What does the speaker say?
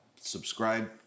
Subscribe